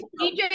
DJ